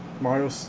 Mario